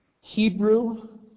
Hebrew